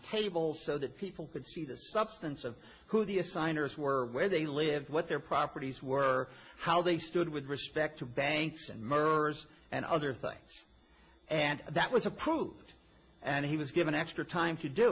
cable so that people could see the substance of who the a signers were where they lived what their properties were how they stood with respect to banks and murderers and other things and that was approved and he was given extra time to do